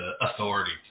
authority